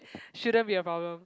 shouldn't be a problem